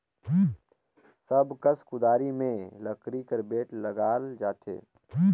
सब कस कुदारी मे लकरी कर बेठ लगाल जाथे